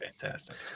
fantastic